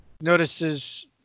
notices